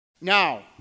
Now